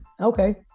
Okay